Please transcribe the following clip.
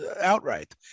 outright